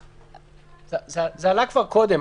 זה עלה כבר קודם.